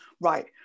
right